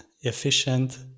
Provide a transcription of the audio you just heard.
efficient